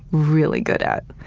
really good at.